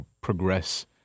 progress